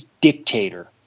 dictator